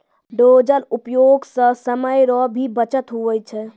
dozer उपयोग से समय रो भी बचत हुवै छै